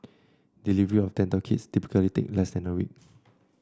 delivery of dental kits typically take less than a week